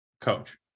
coach